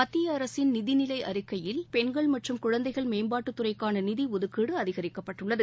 மத்திய அரசின் நிதிநிலை அறிக்கையில் பெண்கள் மற்றும் குழந்தைகள் மேம்பாட்டுத் துறைக்கான நிதி ஒதுக்கீடு அதிகரிக்கப்பட்டுள்ளது